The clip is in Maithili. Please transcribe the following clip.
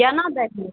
केना दै हियै